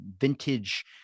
vintage